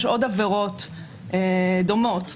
יש עוד עבירות דומות,